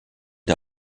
der